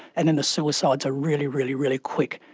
and then the suicides are really, really, really quick.